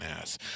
ass